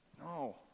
no